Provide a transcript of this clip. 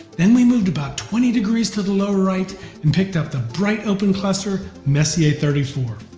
then we moved about twenty degrees to the lower right and picked up the bright open cluster messier thirty four.